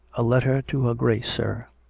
a letter to her grace, sir.